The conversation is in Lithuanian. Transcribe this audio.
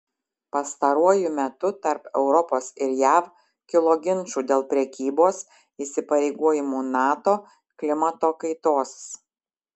pastaruoju metu tarp europos ir jav kilo ginčų dėl prekybos įsipareigojimų nato klimato kaitos